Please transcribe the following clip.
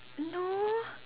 no